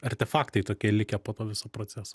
artefaktai tokie likę po to viso proceso